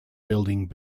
building